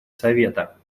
совета